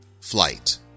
flight